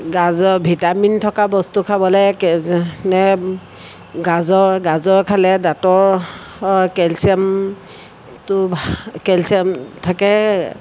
গাজৰ ভিটামিন থকা বস্তু খাবলৈ যেনে গাজৰ গাজৰ খালে দাঁতৰ কেলচিয়ামটো ভাল কেলচিয়াম থাকে